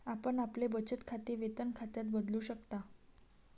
आपण आपले बचत खाते वेतन खात्यात बदलू शकता